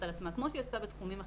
על עצמה כמו שהיא עשתה בתחומים אחרים,